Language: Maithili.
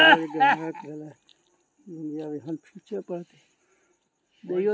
बैंक अपन ग्राहक के लेनदेन के विस्तृत विवरण राखै छै, ओकरे बैंक खाता कहल जाइ छै